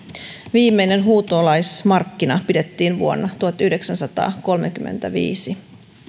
viimeinen huutolaismarkkina pidettiin vuonna tuhatyhdeksänsataakolmekymmentäviisi